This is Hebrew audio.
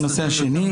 הנושא השני,